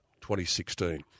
2016